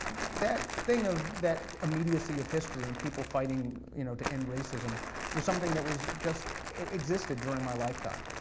that thing of, that immediacy of history, and people fighting you know to end racism was something that was just, existed during my lifetime,